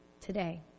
today